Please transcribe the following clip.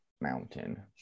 mountain